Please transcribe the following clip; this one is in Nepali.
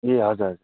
ए हजुर हजुर